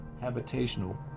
habitational